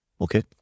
Okay